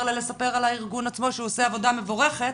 לספר על הארגון עצמו שעושה עבודה מבורכת.